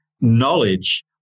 knowledge